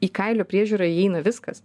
į kailio priežiūrą įeina viskas